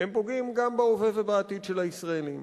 הם פוגעים גם בהווה ובעתיד של הישראלים.